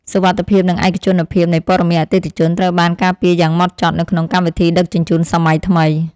សុវត្ថិភាពនិងឯកជនភាពនៃព័ត៌មានអតិថិជនត្រូវបានការពារយ៉ាងម៉ត់ចត់នៅក្នុងកម្មវិធីដឹកជញ្ជូនសម័យថ្មី។